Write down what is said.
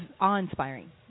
awe-inspiring